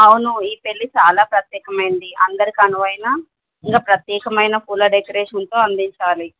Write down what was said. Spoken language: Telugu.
అవును ఈ పెళ్లి చాలా ప్రత్యేకమైంది అందరికి అనువైనా ఇంకా ప్రత్యేకమైన పూల డెకరేషన్తో అందించాలి